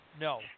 No